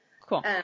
Cool